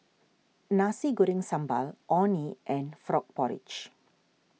Nasi Goreng Sambal Orh Nee and Frog Porridge